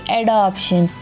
adoption